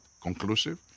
conclusive